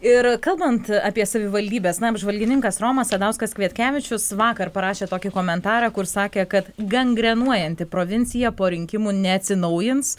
ir kalbant apie savivaldybės na apžvalgininkas romas sadauskas kvietkevičius vakar parašė tokį komentarą kur sakė kad gangrenuojanti provincija po rinkimų neatsinaujins